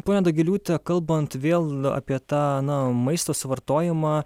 ponia dagiliūte kalbant vėl apie tą na maisto suvartojimą